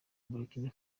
burkina